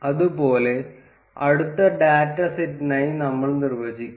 അതുപോലെ അടുത്ത ഡാറ്റ സെറ്റിനായി നമ്മൾ നിർവ്വചിക്കും